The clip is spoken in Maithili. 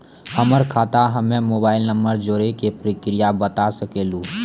हमर खाता हम्मे मोबाइल नंबर जोड़े के प्रक्रिया बता सकें लू?